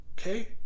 okay